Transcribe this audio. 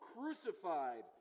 crucified